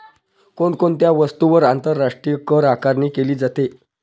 कोण कोणत्या वस्तूंवर आंतरराष्ट्रीय करआकारणी केली जाते?